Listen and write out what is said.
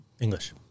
English